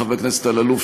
חבר הכנסת אלאלוף,